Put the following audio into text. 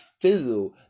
feel